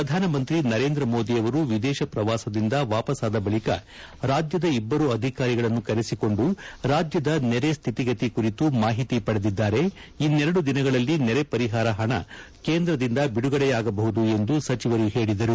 ಪ್ರಧಾನಮಂತ್ರಿ ನರೇಂದ್ರ ಮೋದಿ ಅವರು ವಿದೇಶ ಪ್ರವಾಸದಿಂದ ವಾಪಸ್ಸಾದ ಬಳಿಕ ರಾಜ್ಗದ ಇಬ್ಬರು ಅಧಿಕಾರಿಗಳನ್ನು ಕರೆಸಿಕೊಂಡು ರಾಜ್ಗದ ನೆರೆ ಸ್ಥಿತಿಗತಿ ಕುರಿತು ಮಾಹಿತಿ ಪಡೆದಿದ್ದಾರೆ ಇನ್ನೆರಡು ದಿನಗಳಲ್ಲಿ ನೆರೆ ಪರಿಹಾರ ಹಣ ಕೇಂದ್ರದಿಂದ ಬಿಡುಗಡೆಯಾಗಬಹುದು ಎಂದು ಸಚಿವರು ಹೇಳಿದರು